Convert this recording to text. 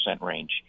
range